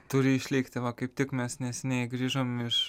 turi išlikti va kaip tik mes neseniai grįžom iš